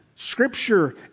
Scripture